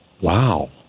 wow